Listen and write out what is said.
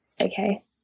Okay